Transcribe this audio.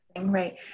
right